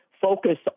focus